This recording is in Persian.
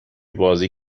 بازی